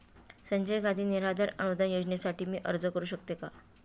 संजय गांधी निराधार अनुदान योजनेसाठी मी अर्ज करू शकते का?